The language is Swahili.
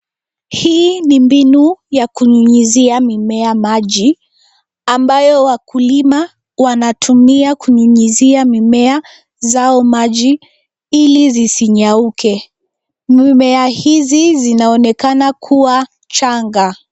Hii ni mbinu ya kunyunyizia mimea maji ambayo wakulima wanatumia kunyunyizia mimea zao maji ili zisinyauke. Mimea hizi zinaonekana kuwa changa.